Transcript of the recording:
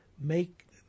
make